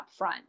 upfront